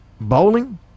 bowling